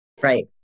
Right